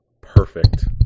perfect